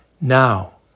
Now